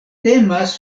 temas